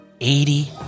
eighty